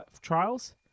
trials